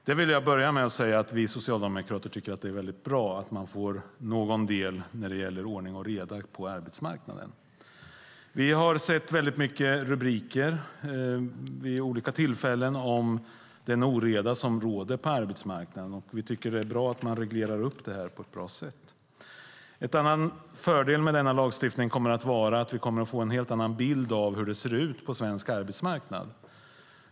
Jag vill börja med att säga att vi socialdemokrater tycker att det är mycket bra att man får ordning och reda på arbetsmarknaden. Vi har sett väldigt många rubriker vid olika tillfällen om den oreda som råder på arbetsmarknaden. Vi tycker att det är bra att man reglerar detta på ett bra sätt. En annan fördel med denna lagstiftning är att vi kommer att få en helt annan bild av hur det ser ut på svensk arbetsmarknad.